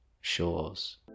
shores